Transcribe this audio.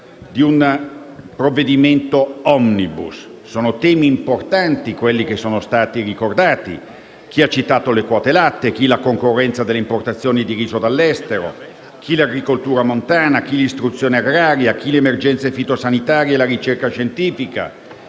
di un provvedimento omnibus. I temi che sono stati ricordati sono importanti: chi ha citato le quote latte, chi la concorrenza delle importazioni di riso dall’estero, chi l’agricoltura montana, chi l’istruzione agraria, chi le emergenze fitosanitarie e la ricerca scientifica,